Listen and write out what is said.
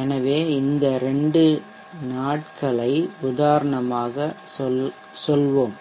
எனவே இந்த 2 நாட்களை உதாரணமாகச் சொல்வோம்